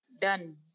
done